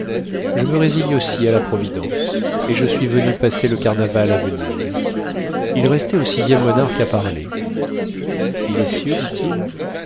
je me résigne aussi à la providence et je suis venu passer le carnaval à venise stanislas leczinski beau-père de louis xv